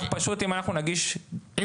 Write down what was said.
פשוט אם אנחנו נגיש תיקים מסודרים --- אם